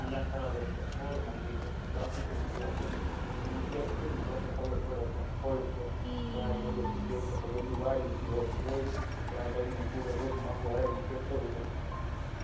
બોર્ડમાં ત્યાં ખરાબ હશે તો બોર્ડ નવી લેવી પડશે બાકી તો બીજી આપણે ચેક કરીએ ને પછી ખબર પડે કે ક્યાં ફોલ્ટ છે વાયર ભેગું થઈ ગયું હશે તો બધું બાળી દીધું હશે બરાબર તમારા ઘરનું પૂરેપૂરું આખું વાયરિંગ ચેક કરવું પડશે